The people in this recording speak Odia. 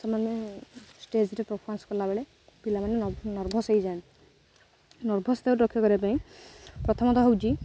ସେମାନେ ଷ୍ଟେଜରେ ପରଫମାନ୍ସ କଲାବେେଳେ ପିଲାମାନେ ନର୍ଭସ ହେଇଯାନ୍ତି ନର୍ଭସ ଦାଉରୁ ରକ୍ଷା କରିବା ପାଇଁ ପ୍ରଥମତଃ ହେଉଛି